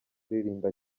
kuririmba